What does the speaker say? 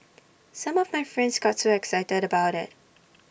some of my friends got so excited about IT